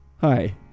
Hi